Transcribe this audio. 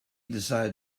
decided